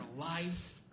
life